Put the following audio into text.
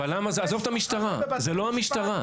הרי הדברים מגיעים לבתי המשפט,